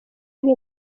arimo